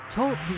Talk